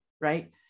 right